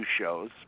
shows